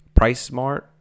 PriceSmart